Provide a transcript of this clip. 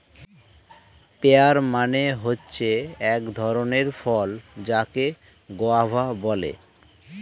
pair মানে হচ্ছে এক ধরণের ফল যাকে গোয়াভা বলে